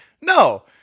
no